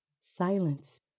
Silence